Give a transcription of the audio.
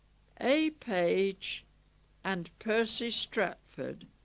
a page and percy stratford